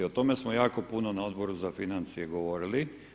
O tome smo jako puno na Odboru za financije govorili.